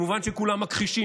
כמובן שכולם מכחישים.